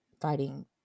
fighting